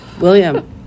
William